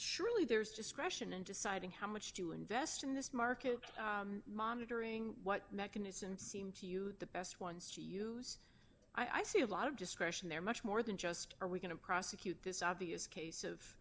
surely there is discretion in deciding how much to invest in this market monitoring what mechanisms seem to you the best ones to use i see a lot of discretion there much more than just are we going to prosecute this obvious case of